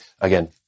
Again